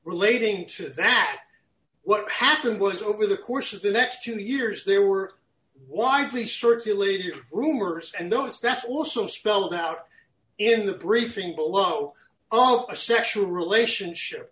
relating to that what happened was over the course of the next two years there were widely circulated rumors and those that's also spelled out in the briefing below zero a sexual relationship